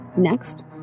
Next